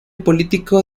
político